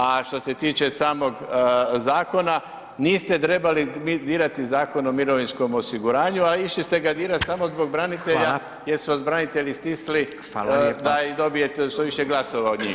A što se tiče samog zakona, niste trebali dirati Zakon o mirovinskom osiguranju, a išli ste ga dirat samo zbog branitelja jer su vas branitelji stisli da dobijete što više glasova od njih.